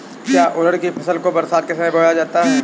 क्या उड़द की फसल को बरसात के समय बोया जाता है?